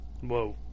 whoa